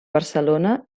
barcelona